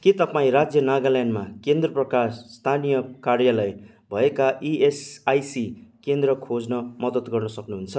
के तपाईँँ राज्य नागाल्यान्डमा केन्द्र प्रकाश स्थानीय कार्यालय भएका इएसआइसी केन्द्र खोज्न मद्दत गर्न सक्नुहुन्छ